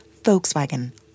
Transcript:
Volkswagen